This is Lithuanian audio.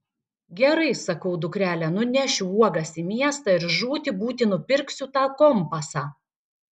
gerai sakau dukrele nunešiu uogas į miestą ir žūti būti nupirksiu tą kompasą